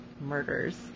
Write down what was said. murders